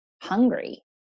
hungry